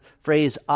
phrase